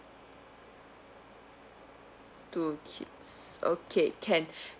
two kids okay can